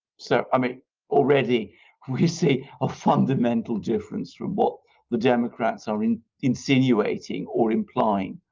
so i mean already we see a fundamental difference from what the democrats are i mean insinuating or implying